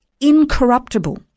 Incorruptible